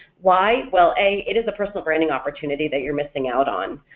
why? well a it is a personal branding opportunity that you're missing out on,